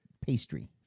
pastry